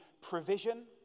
provision